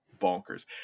bonkers